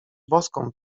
boską